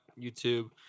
YouTube